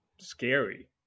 scary